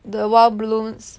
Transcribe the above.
the wild blooms